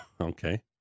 Okay